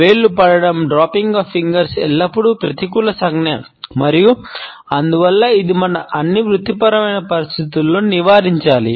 వేళ్లు పడటం ఎల్లప్పుడూ ప్రతికూల సంజ్ఞ మరియు అందువల్ల ఇది మన అన్ని వృత్తిపరమైన పరిస్థితులలో నివారించాలి